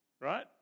right